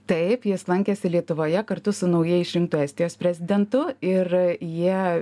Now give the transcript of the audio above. taip jis lankėsi lietuvoje kartu su naujai išrinktu estijos prezidentu ir jie